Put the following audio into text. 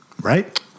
right